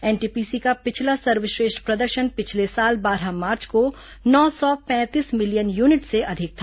NTPC का पिछला सर्वश्रेष्ठ प्रदर्शन पिछले साल बारह मार्च को नौ सौ पैंतीस मिलियन यूनिट से अधिक था